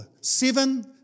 Seven